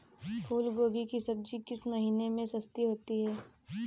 फूल गोभी की सब्जी किस महीने में सस्ती होती है?